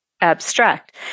abstract